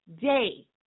day